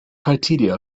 criteria